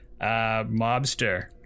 mobster